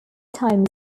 time